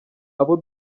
abo